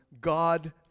God